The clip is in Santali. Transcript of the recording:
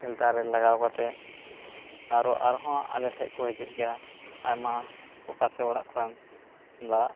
ᱯᱷᱤᱞᱴᱟᱨ ᱨᱮ ᱞᱟᱜᱟᱣ ᱠᱟᱛᱮ ᱟᱨᱚ ᱟᱨᱚ ᱦᱚᱸ ᱟᱞᱮ ᱴᱷᱮᱱ ᱠᱚ ᱦᱟ ᱡᱩᱜ ᱜᱮᱭᱟ ᱟᱭᱢᱟ ᱯᱟᱥᱮ ᱚᱲᱟᱜ ᱠᱚᱨᱮᱱ ᱫᱟᱜ